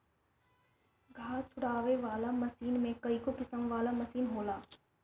घास झुरवावे वाला मशीन में कईगो किसिम कअ मशीन होला